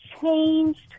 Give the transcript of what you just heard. changed